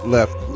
Left